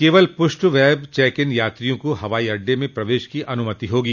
केवल प्रष्ट web check in यात्रियों को हवाई अड्डे में प्रवेश की अनुमति होगी